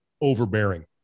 overbearing